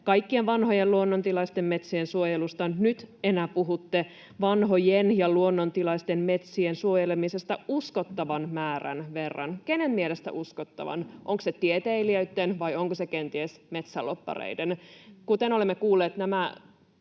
kaikkien vanhojen luonnontilaisten metsien suojelusta, ja nyt enää puhutte vanhojen ja luonnontilaisten metsien suojelemisesta uskottavan määrän verran. Kenen mielestä uskottavan? Onko se tieteilijöitten, vai onko se kenties metsälobbareiden? Kuten olemme kuulleet,